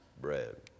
bread